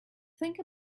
think